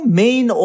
main